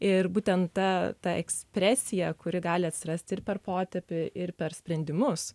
ir būtent ta ta ekspresija kuri gali atsirasti ir per potėpį ir per sprendimus